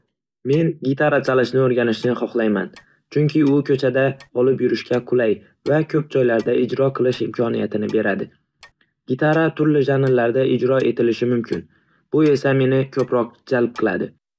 Men gitara chalishni o'rganishni hohlayman, chunki u ko'chada olib yurishga qulay va ko'p joylarda ijro qilish imkoniyatini beradi. Gitara turli janrlarda ijro etilishi mumkin, bu esa meni ko'proq jalb qiladi.